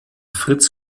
fritz